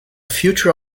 future